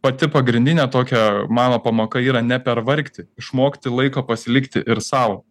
pati pagrindinė tokia mano pamoka yra nepervargti išmokti laiko pasilikti ir sau